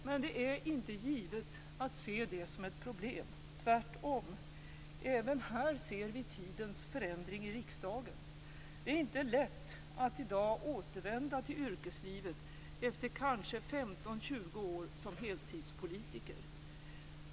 Men det är inte givet att se det som ett problem, tvärtom. Även här ser vi tidens förändring i riksdagen. Det är inte lätt att i dag återvända till yrkeslivet efter kanske 15-20 år som heltidspolitiker.